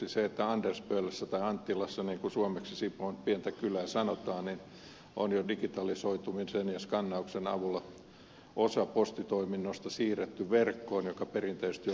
andersbölessä tai anttilassa niin kuin suomeksi sipoon pientä kylää sanotaan on jo digitalisoitumisen ja skannauksen avulla osa niistä postitoiminnoista siirretty verkkoon jotka perinteisesti ovat olleet jakelua